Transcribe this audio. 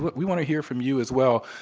but we want to hear from you, as well.